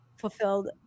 fulfilled